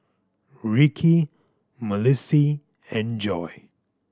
Rikki Malissie and Joy